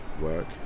work